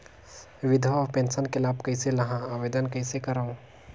विधवा पेंशन के लाभ कइसे लहां? आवेदन कइसे करव?